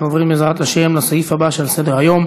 אנחנו עוברים, בעזרת השם, לסעיף הבא שעל סדר-היום: